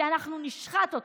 כי אנחנו נשחט אותך.